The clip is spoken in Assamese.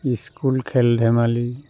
স্কুল খেল ধেমালি